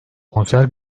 konser